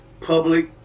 public